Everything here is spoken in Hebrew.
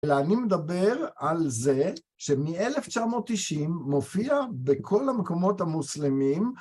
אלא אני מדבר על זה שמאלף תשע מאות תשעים מופיע בכל המקומות המוסלמים.